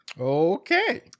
Okay